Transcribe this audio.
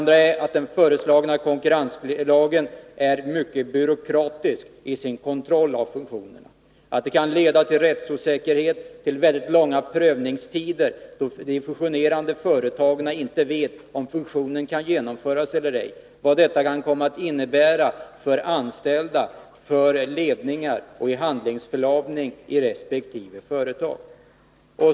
Den föreslagna konkurrenslagen är dessutom mycket byråkratisk när det gäller kontrollen av fusionerna. Följden kan bli rättsosäkerhet och mycket långa prövningstider. De fusionerande företagen vet då inte om fusionen kan kan genomföras eller ej. Inte heller vet man vad detta i så fall kan komma att innebära för anställda och företagsledningar eller vilken handlingsförlamning det kan åstadkomma i resp. företag.